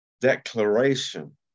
declaration